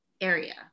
area